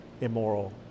immoral